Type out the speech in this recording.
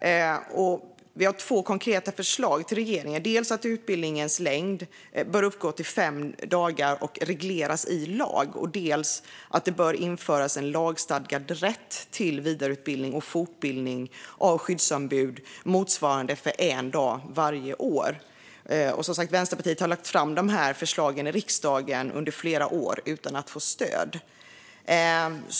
Vänsterpartiet har två konkreta förslag till regeringen, dels att utbildningens längd bör uppgå till fem dagar och regleras i lag, dels att det bör införas en lagstadgad rätt till vidareutbildning och fortbildning av skyddsombud motsvarande en dag varje år. Vänsterpartiet har under flera år lagt fram dessa förslag i riksdagen utan att få stöd.